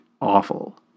awful